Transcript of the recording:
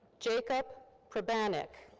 jacob pribanic.